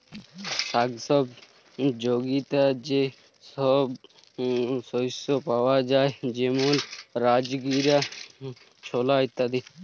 স্বাস্থ্যপ যগীতা যে সব শস্য পাওয়া যায় যেমল রাজগীরা, ছলা ইত্যাদি